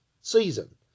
season